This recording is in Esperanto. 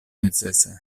necese